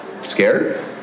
Scared